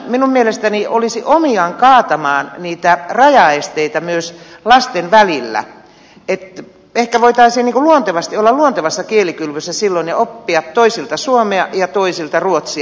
tämä minun mielestäni olisi omiaan kaatamaan niitä rajaesteitä myös lasten välillä että ehkä voitaisiin niin kuin olla luontevassa kielikylvyssä silloin ja oppia toisilta suomea ja toisilta ruotsia